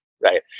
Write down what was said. right